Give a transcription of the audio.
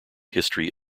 history